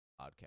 podcast